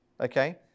Okay